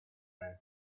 room